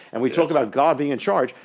and we talk about god being in charge,